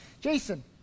Jason